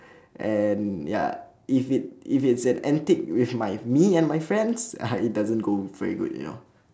and ya if it if it's an antic with my me and my friends ah it doesn't go very good you know